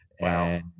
Wow